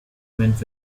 went